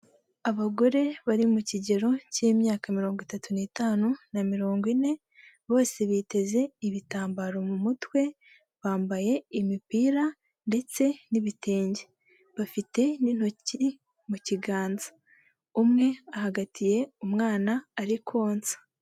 Abagore bari mu kigero cy'imyaka mirongo itatu n'itanu na mirongo ine bose biteze ibitambaro mu mutwe, bambaye imipira ndetse n'ibitenge, bafite n'intoki mu kiganza, umwe ahagatiye umwana ari konsa.